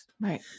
Right